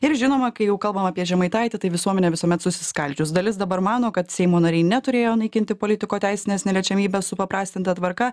ir žinoma kai jau kalbam apie žemaitaitį tai visuomenė visuomet susiskaldžius dalis dabar mano kad seimo nariai neturėjo naikinti politiko teisinės neliečiamybės supaprastinta tvarka